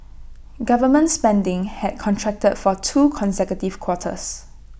government spending had contracted for two consecutive quarters